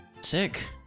Sick